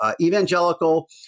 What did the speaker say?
evangelical